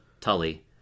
Tully